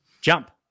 Jump